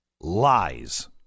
lies